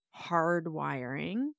hardwiring